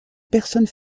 personnes